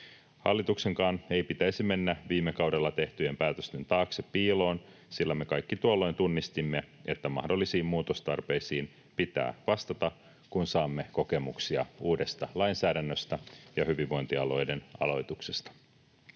Hallituksenkaan ei pitäisi mennä viime kaudella tehtyjen päätösten taakse piiloon, sillä me kaikki tuolloin tunnistimme, että mahdollisiin muutostarpeisiin pitää vastata, kun saamme kokemuksia uudesta lainsäädännöstä ja hyvinvointialueiden aloituksesta.